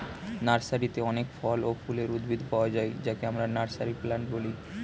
নার্সারিতে অনেক ফল ও ফুলের উদ্ভিদ পাওয়া যায় যাকে আমরা নার্সারি প্লান্ট বলি